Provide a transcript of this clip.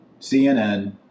CNN